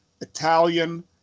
Italian